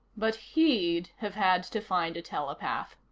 but he'd have had to find a telepath,